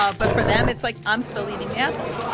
ah but for them, it's like, i'm still eating the apple.